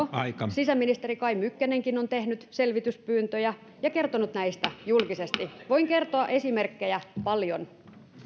sisäministeri kai mykkänenkin on tehnyt selvityspyyntöjä ja kertonut näistä julkisesti voin kertoa esimerkkejä paljon